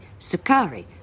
Sukari